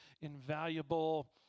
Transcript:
invaluable